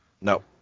No